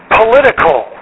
political